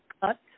cut